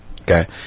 Okay